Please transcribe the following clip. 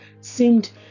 seemed